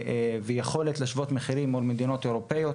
ויכולת להשוות מחירים מול מדינות אירופיות,